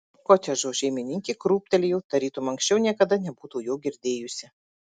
kotedžo šeimininkė krūptelėjo tarytum anksčiau niekada nebūtų jo girdėjusi